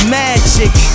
magic